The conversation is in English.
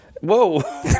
Whoa